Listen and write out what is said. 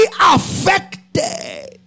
affected